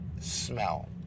smell